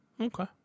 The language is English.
okay